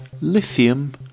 lithium